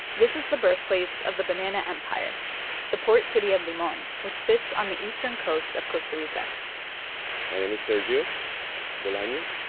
this is the birthplace of the banana empire the port city of limon, which sits on the eastern coast of costa rica my name is sergio bolanos